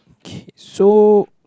K so